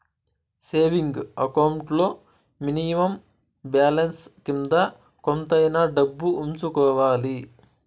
saving account లో minimum balance కింద కొంతైనా డబ్బు ఉంచుకోవాలి